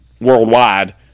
worldwide